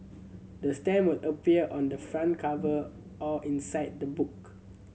the stamp will appear on the front cover or inside the book